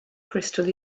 crystal